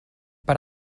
per